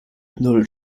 null